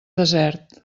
desert